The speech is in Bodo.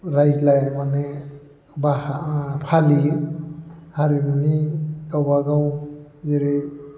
रायज्लायनानै फालियो हारिमुनि गावबा गाव जेरै